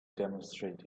demonstrate